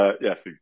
yes